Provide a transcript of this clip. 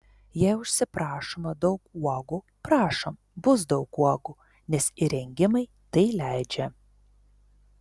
jei užsiprašoma daug uogų prašom bus daug uogų nes įrengimai tai leidžia